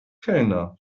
kellner